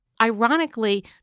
Ironically